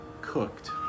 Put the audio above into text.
cooked